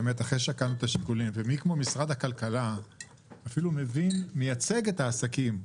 אחרי ששקלנו את השיקולים ומי כמו משרד הכלכלה אפילו מייצג את העסקים,